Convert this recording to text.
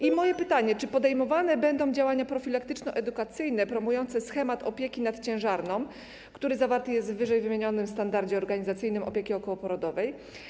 I moje pytanie: Czy będą podejmowane działania profilaktyczno-edukacyjne promujące schemat opieki nad ciężarną, który zawarty jest w wyżej wymienionym standardzie organizacyjnym opieki okołoporodowej?